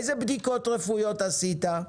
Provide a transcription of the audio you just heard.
איזה בדיקות רפואיות עשית?